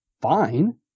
fine